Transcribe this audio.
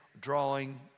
drawing